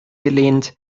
gelehnt